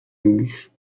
lubisz